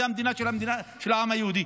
זו המדינה של העם היהודי.